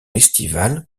estivale